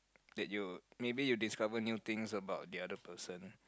that you maybe you discover new things about the other person